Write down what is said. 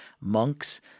monks